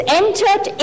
entered